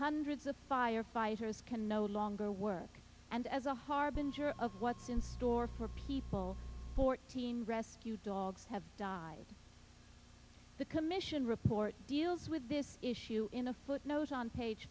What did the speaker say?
hundreds of firefighters can no longer work and as a harbinger of what's in store for people fourteen rescue dogs have died the commission report deals with this issue in a footnote on page